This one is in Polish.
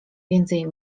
więcej